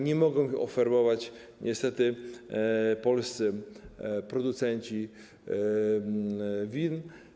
Nie mogą ich oferować niestety polscy producenci win.